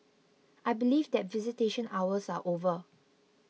I believe that visitation hours are over